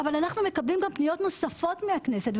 אבל אנחנו מקבלים גם פניות נוספות מהכנסת,